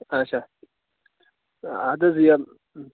اَچھا اَدٕ حَظ یم